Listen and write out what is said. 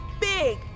big